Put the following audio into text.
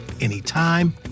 anytime